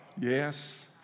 yes